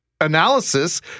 analysis